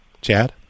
Chad